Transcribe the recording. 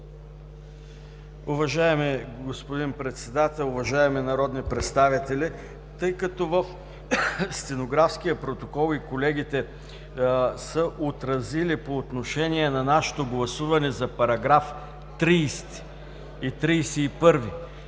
Уважаеми господин Председател, уважаеми народни представители, тъй като в стенографския протокол и колегите са отразили по отношение на нашето гласуване за параграфи 30 и 31